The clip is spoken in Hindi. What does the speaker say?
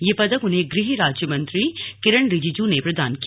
यह पदक उन्हें गृह राज्यमंत्री किरण रिजूजी ने प्रदान किया